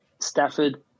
Stafford